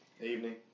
Evening